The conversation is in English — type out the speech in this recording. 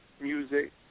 music